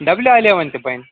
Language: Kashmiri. ڈبلِیو اَلیوَن تہِ بَنہِ